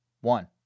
one